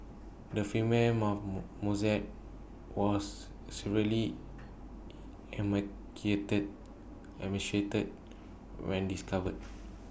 the female mosaic was severely emaciated when discovered